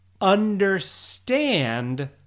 understand